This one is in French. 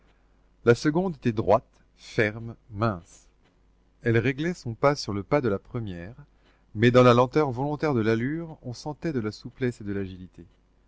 la seconde était droite ferme mince elle réglait son pas sur le pas de la première mais dans la lenteur volontaire de l'allure on sentait de la souplesse et de l'agilité